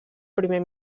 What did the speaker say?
primer